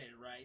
right